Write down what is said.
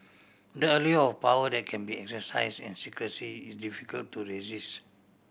the allure of power that can be exercise in secrecy is difficult to resist